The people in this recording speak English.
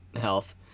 health